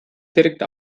direkt